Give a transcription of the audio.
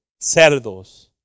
cerdos